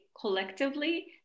collectively